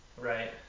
right